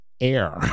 air